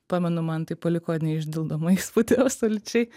pamenu man tai paliko neišdildomą įspūdį absoliučiai